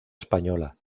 española